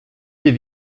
des